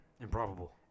Improbable